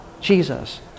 jesus